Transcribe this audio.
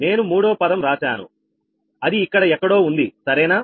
నేను మూడో పదం రాశాను అది ఇక్కడ ఎక్కడో ఉంది సరేనా